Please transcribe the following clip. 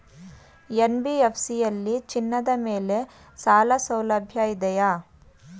NBFC ಯಲ್ಲಿ ಚಿನ್ನದ ಮೇಲೆ ಸಾಲಸೌಲಭ್ಯ ಇದೆಯಾ?